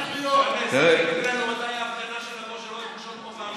הפגנה תראה, אנחנו, שלום כלכלי.